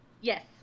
Yes